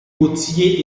gautier